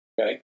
okay